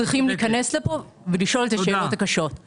צריכים להיכנס לזה ולשאול את השאלות הקשות.